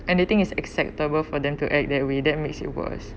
and the thing is acceptable for them to act that way that makes it worse